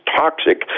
toxic